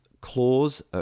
clause